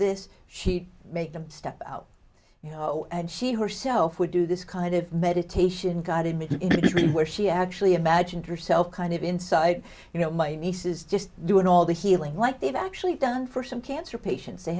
this she'd make them step out you know and she herself would do this kind of meditation guided me it is really where she actually imagined herself kind of inside you know my niece is just doing all the healing like they've actually done for some cancer patients they